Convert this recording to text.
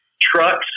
trucks